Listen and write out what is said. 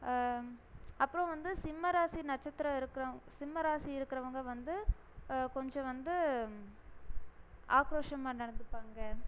அப்புறோம் வந்து சிம்ம ராசி நட்சத்திர இருக்கிறவங் சிம்ம ராசி இருக்கிறவங்க வந்து கொஞ்சம் வந்து ஆக்ரோஷமாக நடந்துப்பாங்க